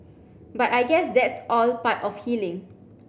but I guess that's all part of healing